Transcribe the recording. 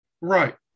Right